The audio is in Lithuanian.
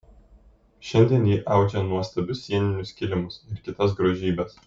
šiandien ji audžia nuostabius sieninius kilimus ir kitas grožybes